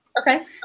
Okay